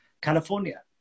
California